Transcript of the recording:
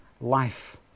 life